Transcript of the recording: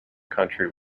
country